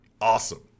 Awesome